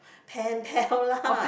pen pal lah